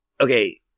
okay